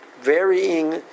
varying